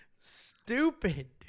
stupid